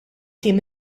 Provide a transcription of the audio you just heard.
tim